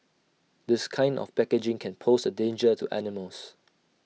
this kind of packaging can pose A danger to animals